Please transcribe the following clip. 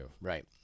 Right